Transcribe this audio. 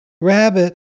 Rabbit